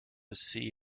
see